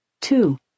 two